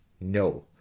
No